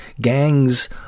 gangs